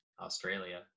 Australia